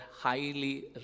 highly